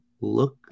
Look